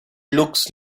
looks